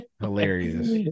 Hilarious